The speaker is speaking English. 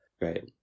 right